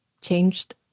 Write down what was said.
changed